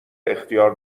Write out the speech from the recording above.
اختیار